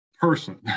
person